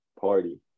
party